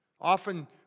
often